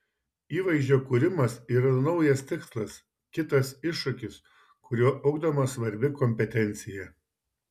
įvaizdžio kūrimas yra naujas tikslas kitas iššūkis kuriuo ugdoma svarbi kompetencija